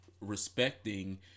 respecting